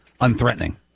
unthreatening